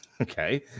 Okay